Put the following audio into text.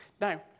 Now